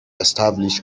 establish